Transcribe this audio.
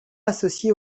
associés